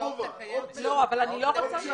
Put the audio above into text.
אדוני היושב